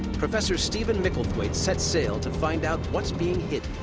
professor stephen micklethwaite sets sail to find out what's being